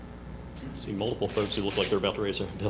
see multiple folks and look like they're about to raise ah